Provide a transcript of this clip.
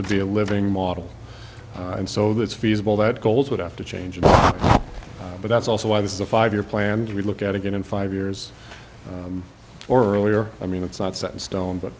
would be a living model and so that's feasible that goals would have to change but that's also why this is a five year plan to look at again in five years or earlier i mean it's not set in stone but